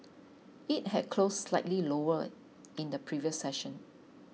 it had closed slightly lower in the previous session